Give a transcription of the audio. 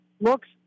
looks